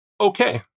Okay